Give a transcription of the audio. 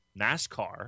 NASCAR